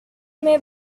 may